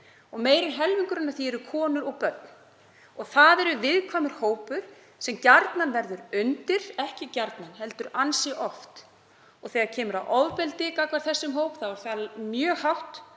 og meira en helmingurinn af þeim milljónum eru konur og börn. Það eru viðkvæmur hópur sem gjarnan verður undir, ekki gjarnan heldur ansi oft, og þegar kemur að ofbeldi gagnvart þessum hópi þá er það mjög